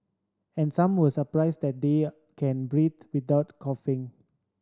and some were surprised that they can breathe without coughing